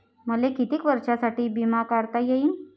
मले कितीक वर्षासाठी बिमा काढता येईन?